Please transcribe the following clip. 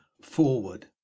forward